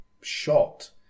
shot